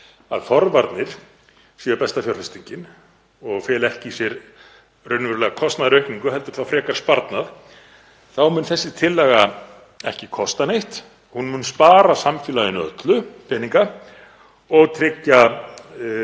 að forvarnir séu besta fjárfestingin og feli ekki í sér raunverulega kostnaðaraukningu heldur frekar sparnað þá mun þessi tillaga ekki kosta neitt. Hún mun spara samfélaginu öllu peninga og tryggja